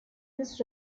this